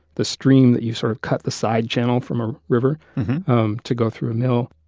the stream that you sort of cut the side channel from a river um to go through a mill.